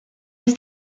his